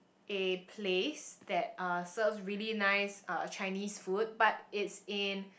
a place that uh serves really nice uh Chinese food but it's in